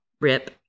Rip